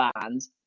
bands